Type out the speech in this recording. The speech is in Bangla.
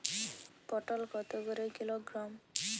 পটল কত করে কিলোগ্রাম?